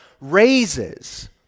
raises